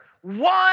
One